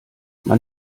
man